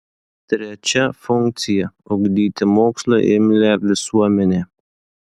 trečia funkcija ugdyti mokslui imlią visuomenę